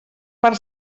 per